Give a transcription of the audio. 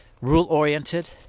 Rule-oriented